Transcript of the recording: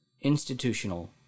institutional